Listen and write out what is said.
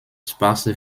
sparse